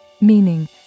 meaning